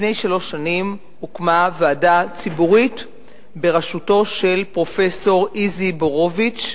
לפני שלוש שנים הוקמה ועדה ציבורית בראשותו של פרופסור איזי בורוביץ,